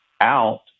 out